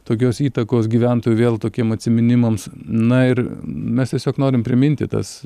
tokios įtakos gyventojų vėl tokiem atsiminimams na ir mes tiesiog norim priminti tas